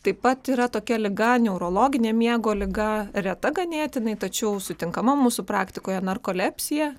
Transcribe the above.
taip pat yra tokia liga neurologinė miego liga reta ganėtinai tačiau sutinkama mūsų praktikoje narkolepsija